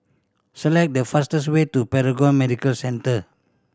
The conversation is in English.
select the fastest way to Paragon Medical Centre